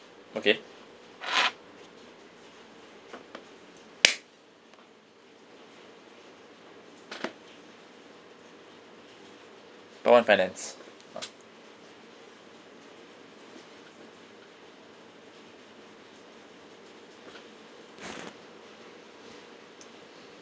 okay part one finance uh